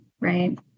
right